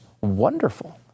Wonderful